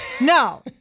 No